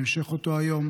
בהמשך אותו היום